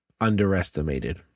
underestimated